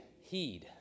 heed